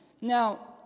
Now